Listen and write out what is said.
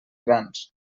grans